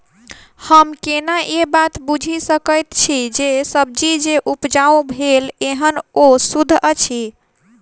हम केना ए बात बुझी सकैत छी जे सब्जी जे उपजाउ भेल एहन ओ सुद्ध अछि?